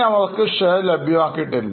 അവർക്ക് Share ലഭിച്ചിട്ടില്ല